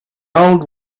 old